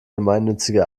gemeinnützige